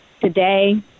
today